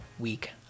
week